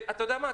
ואתה יודע מה,